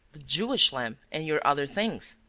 the jewish lamp and your other things.